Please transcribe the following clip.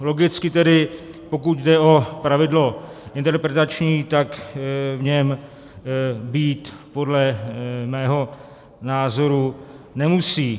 Logicky tedy pokud jde o pravidlo interpretační, tak v něm být podle mého názoru nemusí.